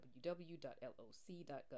www.loc.gov